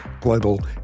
global